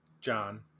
John